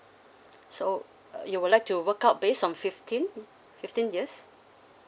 so uh you would like to work out based on fifteen fifteen years